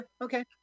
okay